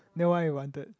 then why you wanted